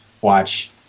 watch